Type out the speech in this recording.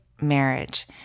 marriage